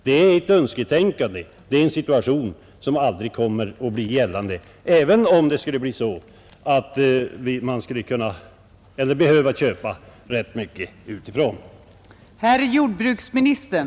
Det är ett önsketänkande. En sådan situation kommer aldrig att uppstå även om vi skulle behöva köpa rätt mycket utifrån.